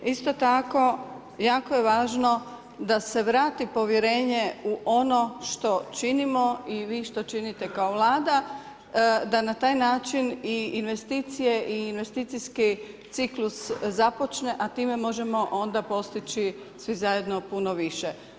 Isto tako jako je važno da se vrati povjerenje u ono što činimo i vi što činite kao Vlada da na taj način i investicije i investicijski ciklus započne a time možemo onda postići svi zajedno puno više.